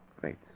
Great